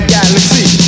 Galaxy